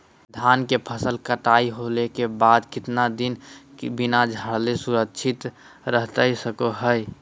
धान के फसल कटाई होला के बाद कितना दिन बिना झाड़ले सुरक्षित रहतई सको हय?